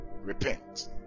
Repent